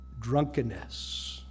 drunkenness